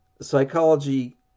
psychology